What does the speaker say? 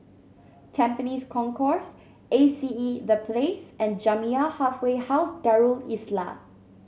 Tampines Concourse A C E The Place and Jamiyah Halfway House Darul Islah